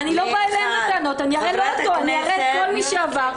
אני לא מתחלפת לצערי אבל אתם מתחלפים.